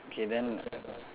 okay then